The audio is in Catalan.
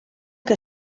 que